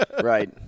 Right